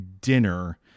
dinner